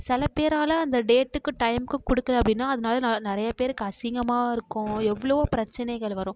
சில பேரால் அந்த டேட்டுக்கும் டைமுக்கும் கொடுக்கல அப்படின்னா அதனால நிறைய பேருக்கு அசிங்கமாக இருக்கும் எவ்வளோ பிரச்சனைகள் வரும்